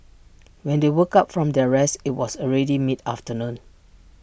when they woke up from their rest IT was already mid afternoon